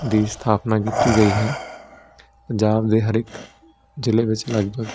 ਦੀ ਸਥਾਪਨਾ ਕੀਤੀ ਗਈ ਹੈ ਪੰਜਾਬ ਦੇ ਹਰ ਇੱਕ ਜ਼ਿਲ੍ਹੇ ਵਿੱਚ ਲਗਭਗ